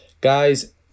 Guys